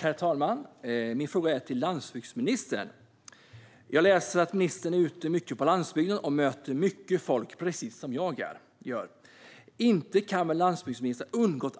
Herr talman! Min fråga går till landsbygdsministern. Jag läser att ministern precis som jag är ute mycket på landsbygden och möter mycket folk. Inte kan väl